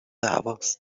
هواست